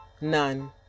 None